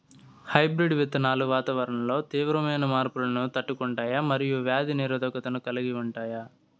hybrid విత్తనాలు వాతావరణంలో తీవ్రమైన మార్పులను తట్టుకుంటాయి మరియు వ్యాధి నిరోధకతను కలిగి ఉంటాయి